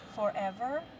forever